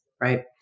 right